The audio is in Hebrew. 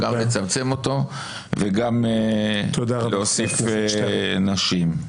-- גם לצמצם אותו וגם להוסיף נשים.